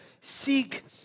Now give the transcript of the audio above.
seek